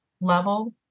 level